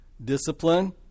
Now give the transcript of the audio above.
Discipline